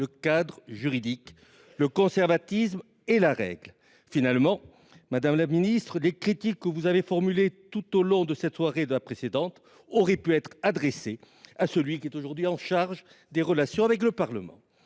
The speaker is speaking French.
le cadre juridique. Le conservatisme est la règle. Finalement, madame la ministre, les critiques que vous avez formulées tout au long de cette soirée et de la précédente auraient pu être adressées à votre collègue qui est aujourd'hui chargé des relations avec le Parlement.